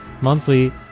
monthly